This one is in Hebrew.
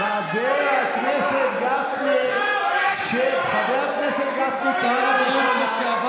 חבר הכנסת גפני, חבר הכנסת גפני, פעם ראשונה.